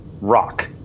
rock